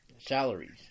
salaries